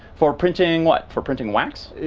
for printing what? for printing wax?